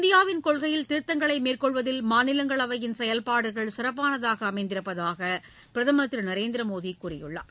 இந்தியாவின் கொள்கையில் திருத்தங்களை மேற்கொள்வதில் மாநிலங்களவையின் செயல்பாடுகள் சிறப்பானதாக அமைந்திருப்பதாக பிரதம் திரு நரேந்திரமோடி கூறியுள்ளார்